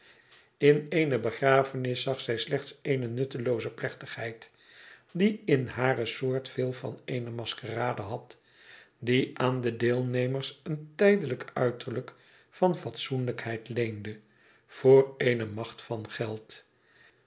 in eene begrafenis zag zij slechts eene nuttelooze plechtigheid die in hare soort veel van eene maskerade had die aan de deelnemers een tijdelijk uiterlijk van fatsoenlijkheid leende voor eene macht van geld